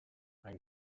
ein